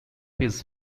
his